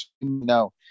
No